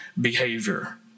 behavior